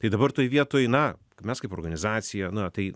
tai dabar toj vietoj na mes kaip organizacija na tai